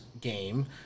game